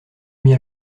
mis